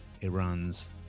Iran's